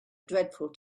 dreadful